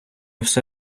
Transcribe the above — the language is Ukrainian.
все